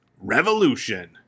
Revolution